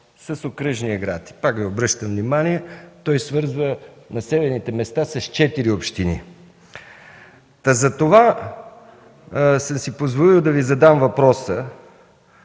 с окръжния град. Пак Ви обръщам внимание, той свързва населените места с четири общини. Та затова съм си позволил да Ви задам въпроса: